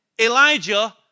Elijah